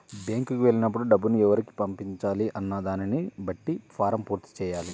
బ్యేంకుకి వెళ్ళినప్పుడు డబ్బుని ఎవరికి పంపించాలి అన్న దానిని బట్టే ఫారమ్ పూర్తి చెయ్యాలి